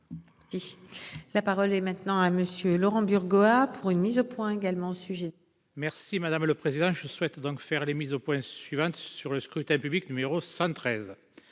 La parole est maintenant à monsieur Laurent Burgo a pour une mise au point également sujet. Merci madame le président. Je souhaite donc faire les mise au point suivante sur le scrutin public numéro 113.